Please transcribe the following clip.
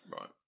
Right